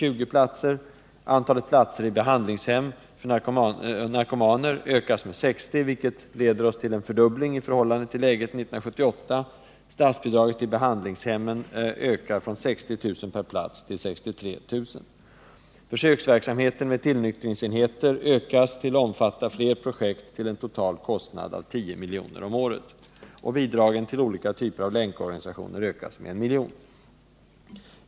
Några exempel: Antalet platser i behandlingshem för narkomaner ökas med 60 — vilket leder till en fördubbling jämfört med läget 1978. Försöksverksamheten med tillnyktringsenheter utökas till att omfatta fler projekt till en total kostnad av 10 milj.kr. per år.